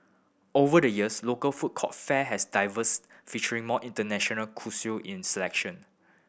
over the years local food court fare has diversified featuring more international cuisine selection